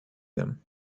them